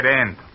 end